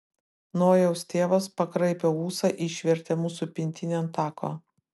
nojaus tėvas pakraipė ūsą išvertė mūsų pintinę ant tako